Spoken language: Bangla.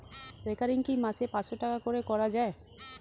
রেকারিং কি মাসে পাঁচশ টাকা করে করা যায়?